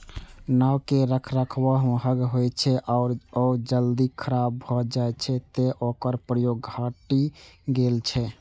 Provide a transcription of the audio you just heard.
नाव के रखरखाव महग होइ छै आ ओ जल्दी खराब भए जाइ छै, तें ओकर प्रयोग घटि गेल छै